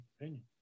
opinion